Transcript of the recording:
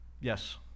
Yes